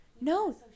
No